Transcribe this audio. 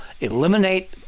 eliminate